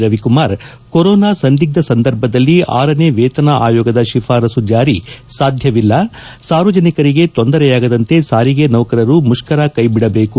Ravikumar corona ಸಂದಿಗ್ದ ಸಂದರ್ಭದಲ್ಲಿ ಆರನೇ ವೇತನ ಆಯೋಗದ ಶಿಫಾರಸ್ಸು ಜಾರಿ ಸಾಧ್ಯವಿಲ್ಲ ಸಾರ್ವಜನಿಕರಿಗೆ ತೊಂದರೆಯಾಗದಂತೆ ಸಾರಿಗೆ ನೌಕರರು ಮುಷ್ತರ ಕೈಬಿಡಬೇಕು